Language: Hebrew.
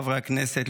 חברי הכנסת,